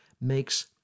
makes